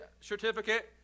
certificate